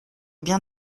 bien